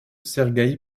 sergueï